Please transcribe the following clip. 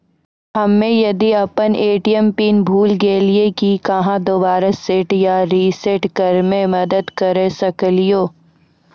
हम्मे यदि अपन ए.टी.एम पिन भूल गलियै, की आहाँ दोबारा सेट या रिसेट करैमे मदद करऽ सकलियै?